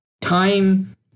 time